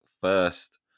first